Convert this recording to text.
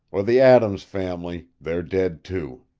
or the adams family they're dead, too.